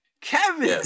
Kevin